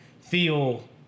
feel